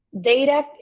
data